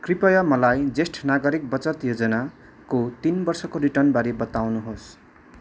कृपया मलाई ज्येष्ठ नागरिक बचत योजनाको तिन वर्षको रिटर्न बारे बताउनुहोस्